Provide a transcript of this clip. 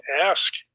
ask